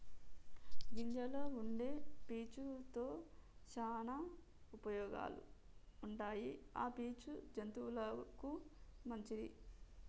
గింజల్లో వుండే పీచు తో శానా ఉపయోగాలు ఉంటాయి ఆ పీచు జంతువులకు మంచిది